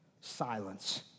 Silence